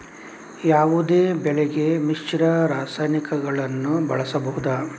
ಯಾವುದೇ ಬೆಳೆಗೆ ಮಿಶ್ರ ರಾಸಾಯನಿಕಗಳನ್ನು ಬಳಸಬಹುದಾ?